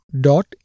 dot